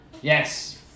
yes